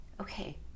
Okay